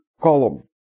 column